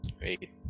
Wait